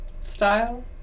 style